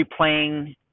replaying